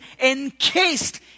encased